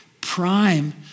prime